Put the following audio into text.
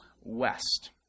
west